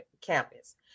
campus